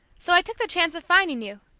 so i took the chance of finding you.